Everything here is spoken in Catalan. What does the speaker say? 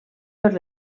per